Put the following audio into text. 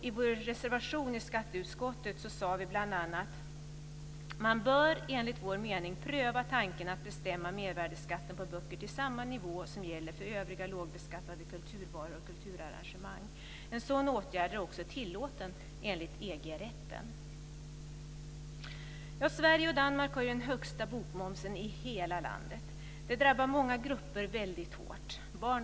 I vår reservation i skatteutskottet sade vi bl.a. att man bör enligt vår mening pröva tanken att bestämma mervärdesskatten på böcker till samma nivå som gäller för övriga lågbeskattade kulturvaror och kulturarrangemang. En sådan åtgärd är också tillåten enligt EG-rätten. Sverige och Danmark har den högsta bokmomsen i hela världen. Den drabbar många grupper väldigt hårt.